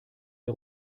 der